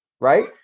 Right